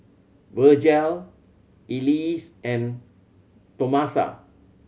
Virgel Elease and Tomasa